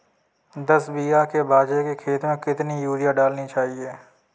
दस बीघा के बाजरे के खेत में कितनी यूरिया डालनी चाहिए?